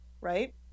right